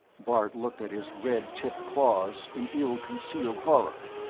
bart looked at his red-tipped claws in ill-concealed horror,